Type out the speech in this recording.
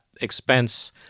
expense